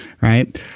right